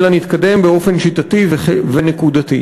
אלא נתקדם באופן שיטתי ונקודתי.